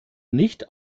nicht